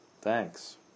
Thanks